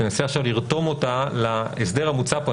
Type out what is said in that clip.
וננסה עכשיו לרתום אותה להסדר המוצע פה,